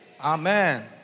Amen